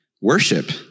worship